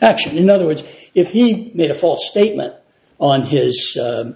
action in other words if he made a false statement on his